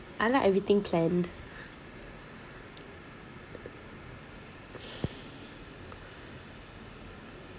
I like everything planned